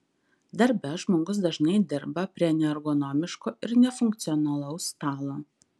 darbe žmogus dažnai dirba prie neergonomiško ir nefunkcionalaus stalo